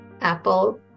apple